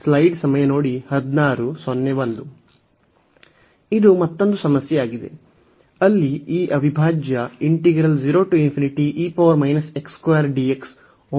ಇದು ಮತ್ತೊಂದು ಸಮಸ್ಯೆಯಾಗಿದೆ ಅಲ್ಲಿ ಈ ಅವಿಭಾಜ್ಯ ಒಮ್ಮುಖವಾಗುವುದನ್ನು ನಾವು ತೋರಿಸುತ್ತೇವೆ